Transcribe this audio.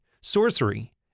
sorcery